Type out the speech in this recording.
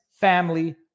family